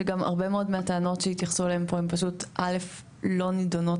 שגם הרבה מאוד מהטענות שהתייחסו אליהם פה הן פשוט א' לא נידונות